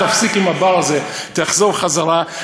תפסיק עם ה"בר" הזה, תחזור חזרה.